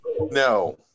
No